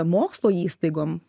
mokslo įstaigom